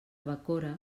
bacora